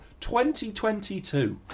2022